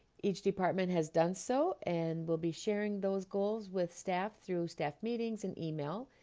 each department has done so and we'll be sharing those goals with staff through staff meetings and email.